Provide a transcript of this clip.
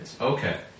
Okay